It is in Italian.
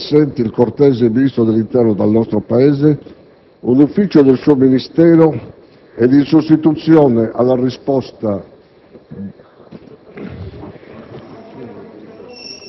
quando, invero assente il cortese Ministro dell'interno dal nostro Paese, un ufficio del suo Ministero, ed in sostituzione alla risposta...